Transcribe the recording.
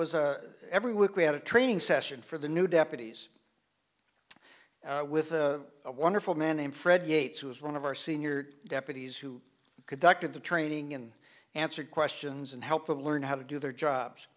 was every week we had a training session for the new deputies with a wonderful man named fred yates who was one of our senior deputies who conducted the training and answered questions and help them learn how to do their jobs